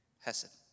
Hesed